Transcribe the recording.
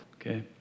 okay